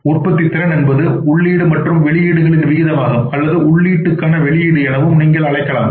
உற்பத்தித்திறன் என்பது உள்ளீடு மற்றும் வெளியீடுகளின் விகிதமாகும் அல்லது உள்ளீட்டுக்கான வெளியீடு எனவும் நீங்கள் அழைக்கலாம்